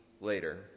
later